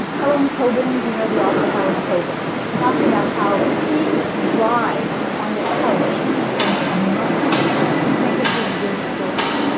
harlan coben do you know the author harlan coben talks about how he writhes on the couch for a month to think of his good story.